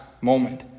moment